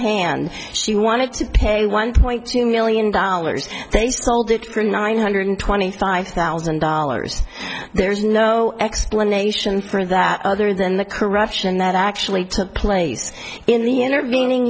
hand she wanted to pay one point two million dollars they sold it for nine hundred twenty five thousand dollars there's no explanation for that other than the corruption that actually took place in the intervening